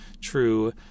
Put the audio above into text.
true